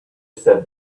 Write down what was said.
said